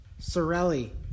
Sorelli